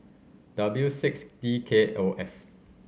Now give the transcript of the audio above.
W six D K O F